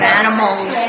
animals